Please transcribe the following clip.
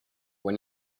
when